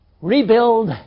rebuild